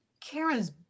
Karen's